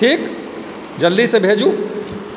ठीक जल्दीसँ भेजू